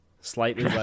Slightly